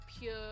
pure